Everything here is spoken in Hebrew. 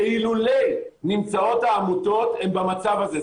שאילולא נמצאות העמותות הם במצב הזה.